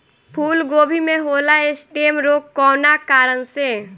फूलगोभी में होला स्टेम रोग कौना कारण से?